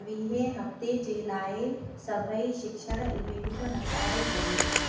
वीहें हफ़्ते जे लाइ सभई शिक्षण इवेंट हटाइ छॾियो